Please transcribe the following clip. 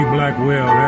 Blackwell